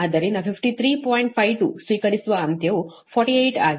52 ಸ್ವೀಕರಿಸುವ ಅಂತ್ಯವು 48 ಆಗಿದೆ